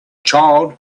child